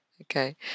okay